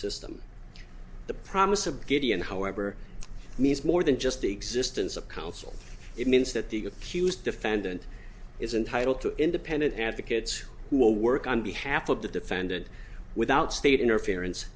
system the promise of gideon however means more than just the existence of counsel it means that the accused defendant is entitled to independent advocates who will work on behalf of the defendant without state interference